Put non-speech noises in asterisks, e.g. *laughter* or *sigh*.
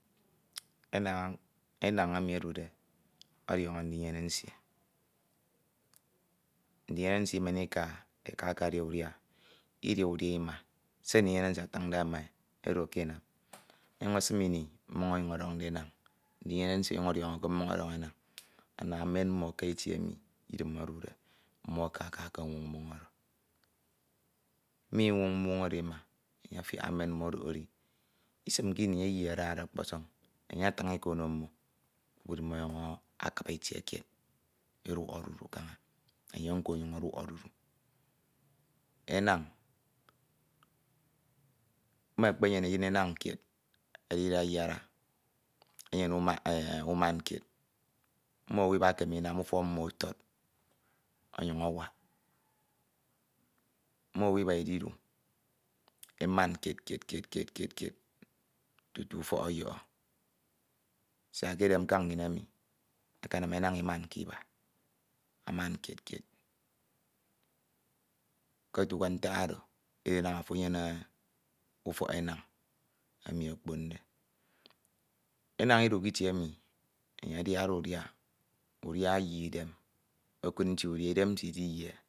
Enañ emi odude ọdiọñọ ndinyene nsie. Ndinyene nsie imen e ika, e ka akadia udia, idia udia ima, se ndinyene nsie atiñde ma e edo ke enye ọnyuñ anam *noise* ọnyuñ esim *noise* ini mmoñ ọnuiñ ọdọñde enañ ndinyene nsie ọdiọñọ ke mmoñ ọdọñ e, *noise* ana emen mmo aka itie emi idin odude, mmo aka ekenwoñ mmoñ oro, mmo inwoñ mmoñ oro ima enye afiak odok edi, isim ke ini eyi adade ọkpọsọñ, enye atiñ iko ono mmo, kpukpru mmo ọnyuñ akiba itie kied eduọk odudu kaña, enye nko ọnyuñ ọduọk odudu, enañ mekpenyene eyin enañ kied edi ayara enyene uman kied, mmo owu iba ekeme inam ufọk mmo awak ọnyuñ ọtọd onyuñ awak, mmo owu iba ididu emam kied, kied, kied, kied, kied tutu ufọk ọyohọ siak ke edem nkañ nnyin emi akenam enan imanke iba, aman kied kied ko otu ke, ntak oro anam ofo enyene ufọk enañ emi okponde, enañ idu k'itie emi enye adiade udia, oku nti udia, idem nsie idijie nte,.